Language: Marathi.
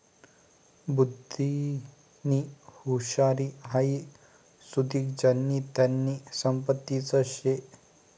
बुध्दीनी हुशारी हाई सुदीक ज्यानी त्यानी संपत्तीच शे